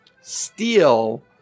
steal